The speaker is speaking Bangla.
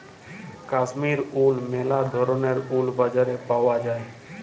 কাশ্মীর উল ম্যালা ধরলের উল বাজারে পাউয়া যায়